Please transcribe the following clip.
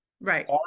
right